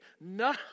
no